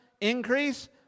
increase